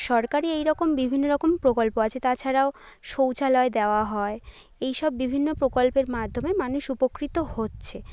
সরকারি এই রকম বিভিন্ন রকম প্রকল্প আছে তাছাড়াও শৌচালয় দেওয়া হয় এই সব বিভিন্ন প্রকল্পের মাধ্যমে মানুষ উপকৃত হচ্ছে